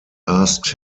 asked